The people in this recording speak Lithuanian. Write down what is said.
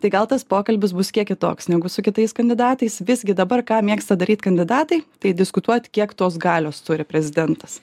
tai gal tas pokalbis bus kiek kitoks negu su kitais kandidatais visgi dabar ką mėgsta daryt kandidatai tai diskutuot kiek tos galios turi prezidentas